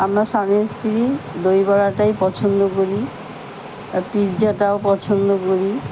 আমরা স্বামী স্ত্রী দই বড়াটাই পছন্দ করি আর পিৎজাটাও পছন্দ করি